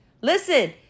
Listen